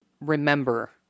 remember